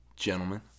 Gentlemen